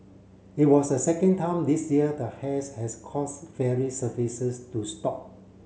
it was a second time this year the haze has caused ferry services to stop